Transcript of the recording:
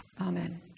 Amen